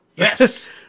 Yes